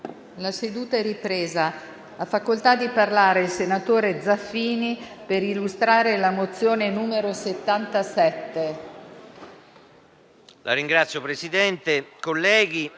La seduta è ripresa. Ha facoltà di parlare il senatore Zaffini per illustrare la mozione n. 77.